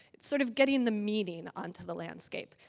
it's sort of getting the meaning onto the landscape.